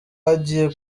hagiye